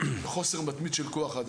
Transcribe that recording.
בחוסר מתמיד של כוח אדם.